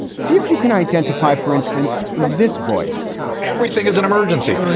see if you can identify, for instance, this voice everything is an emergency.